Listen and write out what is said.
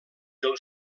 del